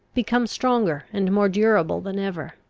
became stronger and more durable than ever.